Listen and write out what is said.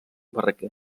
barraquer